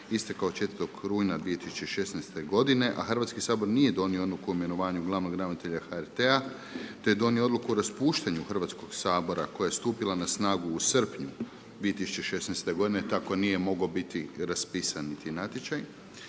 istekao 4. rujna 2016. godine, a Hrvatski sabor nije donio odluku o imenovanju glavnog ravnatelja HRT-a, te je donio odluku o raspuštanju Hrvatskog sabora koja je stupila na snagu u srpnju 2016. godine tako nije mogao biti raspisan niti natječaj.